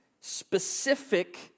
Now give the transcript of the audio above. specific